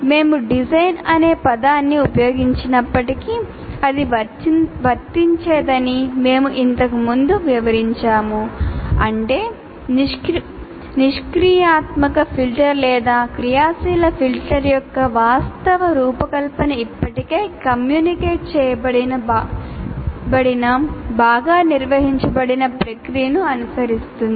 మేము డిజైన్ అనే పదాన్ని ఉపయోగించినప్పటికీ అది వర్తించేదని మేము ఇంతకు ముందు వివరించాము అంటే నిష్క్రియాత్మక ఫిల్టర్ లేదా క్రియాశీల ఫిల్టర్ యొక్క వాస్తవ రూపకల్పన ఇప్పటికే కమ్యూనికేట్ చేయబడిన బాగా నిర్వచించబడిన ప్రక్రియను అనుసరిస్తుంది